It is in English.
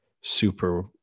super